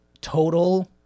Total